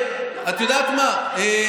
את יודעת מה,